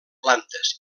plantes